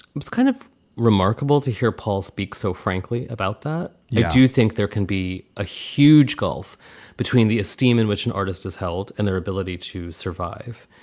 was kind of remarkable to hear paul speak so frankly about that. i do think there can be a huge gulf between the esteem in which an artist is held and their ability to survive,